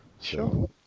Sure